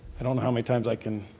and don't know how many times i can